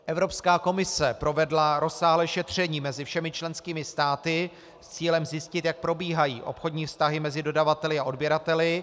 Evropská komise provedla rozsáhlé šetření mezi všemi členskými státy s cílem zjistit, jak probíhají obchodní vztahy mezi dodavateli a odběrateli.